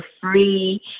free